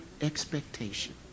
expectation